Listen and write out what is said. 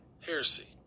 heresy